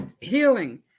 healing